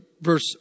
verse